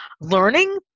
Learning